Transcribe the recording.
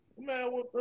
Man